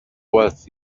was